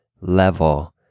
level